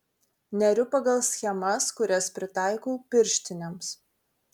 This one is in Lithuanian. neriu pagal schemas kurias pritaikau pirštinėms